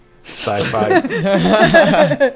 sci-fi